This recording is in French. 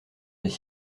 des